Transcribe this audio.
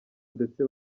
ndetse